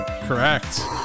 Correct